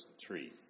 tree